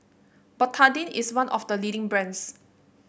Betadine is one of the leading brands